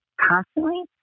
constantly